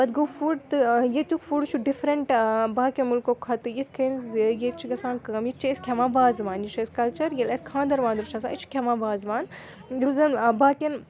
پَتہٕ گوٚو فُڈ تہٕ ییٚتیُک فُڈ چھُ ڈِفرَنٹ باقٕیو مُلکو کھۄتہٕ یِتھ کٔنۍ زِ ییٚتہِ چھِ گژھان کٲم یہِ تہِ چھِ أسۍ کھٮ۪وان وازٕوان یہِ چھُ اَسہِ کَلچَر ییٚلہِ اَسہِ خانٛدَر واندَر چھُ آسان أسۍ چھِ کھٮ۪وان وازوان یُس زَن باقٕیَن